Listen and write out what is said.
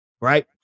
Right